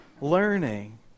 learning